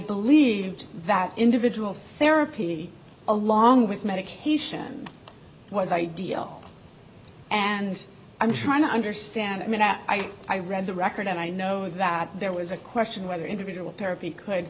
believed that individual therapy along with medication was ideal and i'm trying to understand i i read the record and i know that there was a question whether individual therapy could